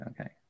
Okay